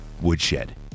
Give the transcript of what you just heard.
woodshed